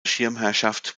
schirmherrschaft